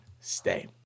stay